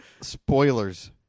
Spoilers